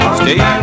stay